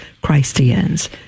Christians